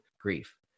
grief